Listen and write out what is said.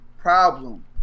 problem